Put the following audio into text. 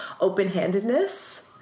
open-handedness